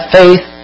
faith